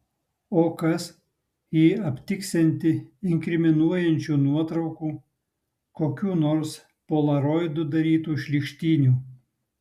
o kas jei aptiksianti inkriminuojančių nuotraukų kokių nors polaroidu darytų šlykštynių